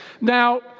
Now